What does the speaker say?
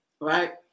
right